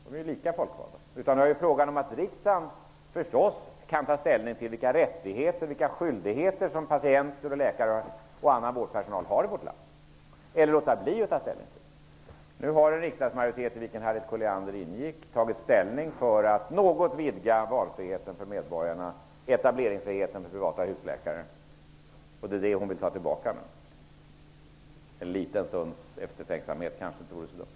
De är lika folkvalda. Utan frågan är om riksdagen kan ta ställning -- eller låta bli att ta ställning -- till vilka rättigheter och skyldigheter som patienter, läkare och annan vårdpersonal har i vårt land. En riksdagsmajoritet, i vilken Harriet Colliander ingick, har tagit ställning för att något vidga medborgarnas valfrihet och etableringsfriheten för privata husläkare. Detta vill hon nu ta tillbaka. En liten stunds eftertanke kanske inte vore så dumt.